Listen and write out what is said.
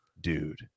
Dude